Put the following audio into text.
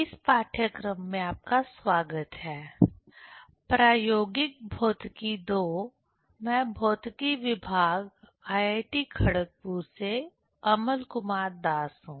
इस पाठ्यक्रम में आपका स्वागत है प्रायोगिक भौतिकी II मैं भौतिकी विभाग IIT खड़गपुर से अमल कुमार दास हूं